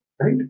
right